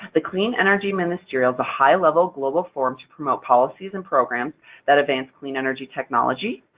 the clean energy ministerial, the high-level global forum to promote policies and programs that advance clean energy technology,